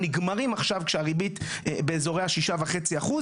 נגמרים עכשיו כשהריבית באזורי ה-6.5%,